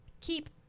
keep